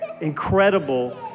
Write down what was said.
incredible